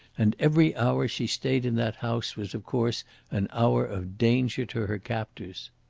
and every hour she stayed in that house was of course an hour of danger to her captors.